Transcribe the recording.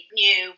new